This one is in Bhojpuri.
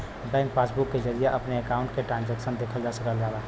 बैंक पासबुक के जरिये अपने अकाउंट क ट्रांजैक्शन देखल जा सकला